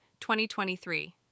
2023